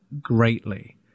greatly